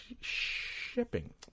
shipping